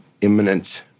imminent